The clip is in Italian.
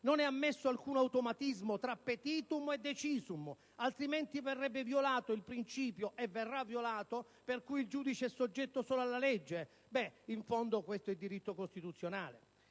Non è ammesso alcun automatismo tra *petitum* e *decisum*, altrimenti verrebbe violato - e verrà violato - il principio per cui il giudice è soggetto soltanto alla legge (beh, in fondo, questo è diritto costituzionale).